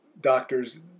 doctors